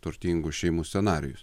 turtingų šeimų scenarijus